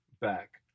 back